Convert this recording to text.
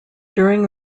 during